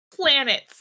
planets